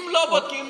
בודקים,